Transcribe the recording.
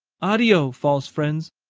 addio, false friends.